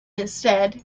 instead